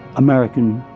american